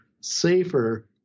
safer